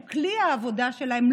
שהוא כלי העבודה שלהן,